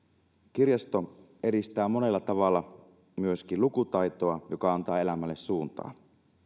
kirjasto edistää monella tavalla myöskin lukutaitoa joka antaa elämälle suuntaa